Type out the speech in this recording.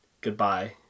Goodbye